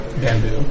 bamboo